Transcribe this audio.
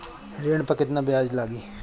ऋण पर केतना ब्याज लगी?